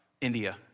India